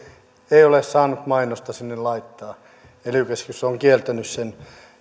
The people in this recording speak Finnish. ei ole saanut mainosta sinne laittaa ely keskus on kieltänyt sen